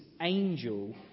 angel